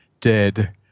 dead